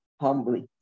Humbly